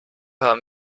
haben